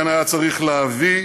לכן היה צריך להביא